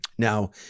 Now